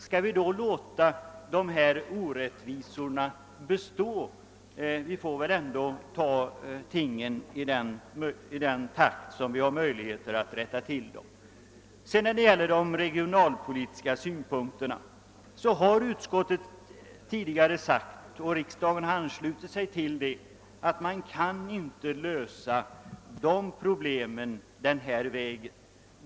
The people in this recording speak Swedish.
Skall vi då låta orättvisorna bestå? Vi får väl ändå rätta till dem i den takt som vi har möjlighet till. Riksdagen har tidigare anslutit sig till utskottets uttalanden, att man inte kan lösa de regionalpolitiska problemen genm skatteändringar.